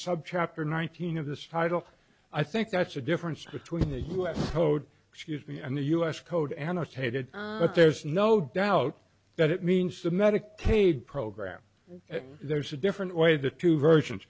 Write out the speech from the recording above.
sub chapter nineteen of this title i think that's the difference between the us code excuse me and the us code annotated that there's no doubt that it means the medicaid program there's a different way the two versions